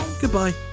Goodbye